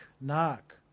knock